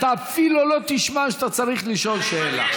אתה אפילו לא תשמע שאתה צריך לשאול שאלה.